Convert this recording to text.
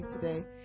today